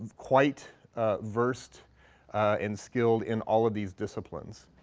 quite versed and skilled in all of these disciplines.